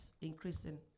increasing